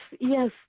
yes